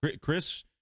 Chris